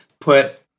put